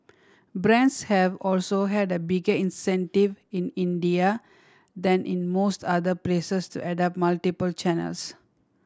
brands have also had a bigger incentive in India than in most other places to adopt multiple channels